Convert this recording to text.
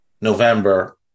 November